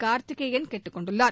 கார்த்திகேயன் கேட்டுக் கொண்டுள்ளார்